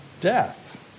death